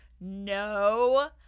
no